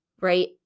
Right